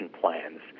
plans